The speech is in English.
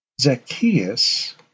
Zacchaeus